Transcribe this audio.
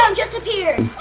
um just appeared!